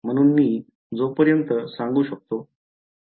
म्हणून मी जोपर्यंत सांगू शकतो